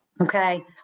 Okay